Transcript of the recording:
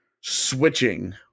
switching